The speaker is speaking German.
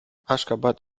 aşgabat